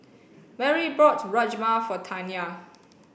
Marry bought Rajma for Taina